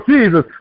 Jesus